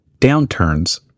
downturns